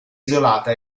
isolata